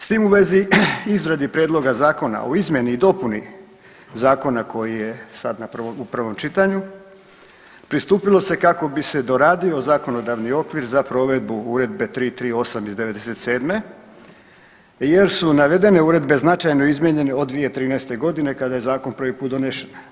S tim u vezi, izradi prijedloga zakona o izmjeni i dopuni Zakona koji je sad u prvom čitanju pristupilo se kako bi se doradio zakonodavni okvir za provedbu Uredbe 338. iz '97. jer su navedene uredbe značajno izmijenjene od 2013. godine kada je zakon prvi put donesen.